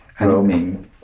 roaming